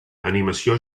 animació